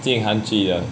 请韩剧的